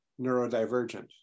neurodivergent